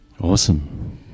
Awesome